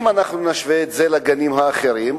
אם נשווה את זה לגנים האחרים,